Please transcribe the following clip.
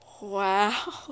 Wow